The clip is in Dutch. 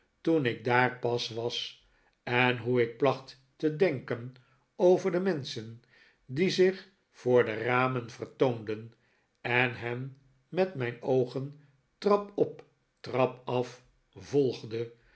toen ik daar pas was en hoe ik placht te denken over de menschen die zich voor de ramen vertoonden en hen met mijn oogen trap op trap af volgde